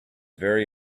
very